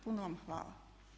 Puno vam hvala.